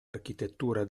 architettura